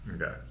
Okay